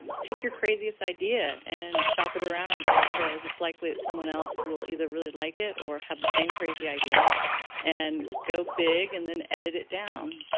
take your craziest idea and shop it around out there because it's likely that someone else will either really like it or have the same crazy idea and go big and then edit it down.